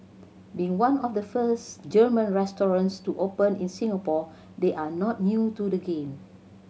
being one of the first German restaurants to open in Singapore they are not new to the game